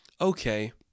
Okay